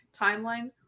timeline